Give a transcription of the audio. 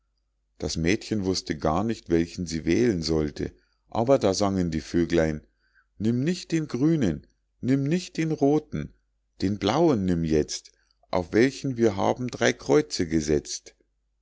das mädchen wußte nun gar nicht welchen sie wählen sollte aber da sangen die vöglein nimm nicht den grünen nimm nicht den rothen den blauen nimm jetzt auf welchen wir haben drei kreuze gesetzt